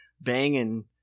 banging